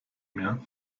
mir